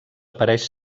apareix